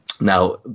Now